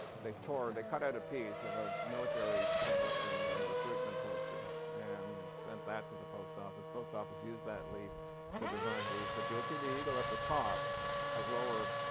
they tore, they cut out a piece of a military promotion and recruitment poster and sent that to the post office. the post office used that leaf to design these. but you'll see the eagle at the top has lower